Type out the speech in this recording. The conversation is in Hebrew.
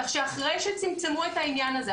כך שאחרי שצמצמו את העניין הזה,